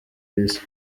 isi